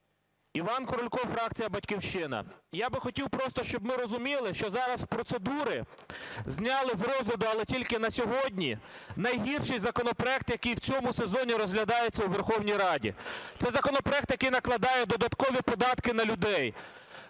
Іван Крулько, фракція "Батьківщина". Я би хотів просто, щоб ми розуміли, що зараз (з процедури) зняли з розгляду, але тільки на сьогодні, найгірший законопроект, який в цьому сезоні розглядається у Верховній Раді. Це законопроект, який накладає додаткові податки на людей.